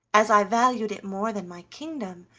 as i valued it more than my kingdom,